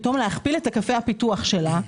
פתאום להכפיל את היקפי הפיתוח שלה,